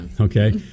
Okay